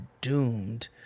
doomed